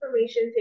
information